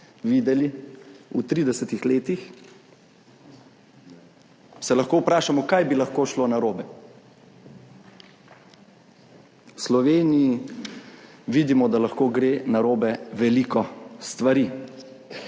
videli v 30 letih, se lahko vprašamo, kaj bi lahko šlo narobe. V Sloveniji, vidimo, da lahko gre narobe veliko stvari.